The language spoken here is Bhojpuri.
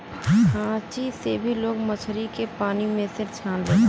खांची से भी लोग मछरी के पानी में से छान लेला